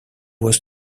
was